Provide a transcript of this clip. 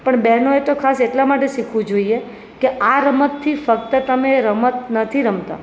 પણ બેહનો તો ખાસ એટલા માટે શીખવું જોઈએ કે આ રમતથી ફક્ત તમે રમત નથી રમતા